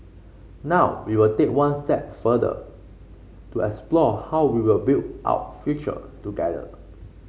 now we will take one step further to explore how we will build out future together